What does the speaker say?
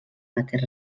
mateix